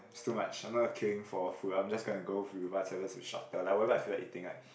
it's too much I'm not queuing for food I'm just gonna to whatever is in the shop like whatever I feel like eating right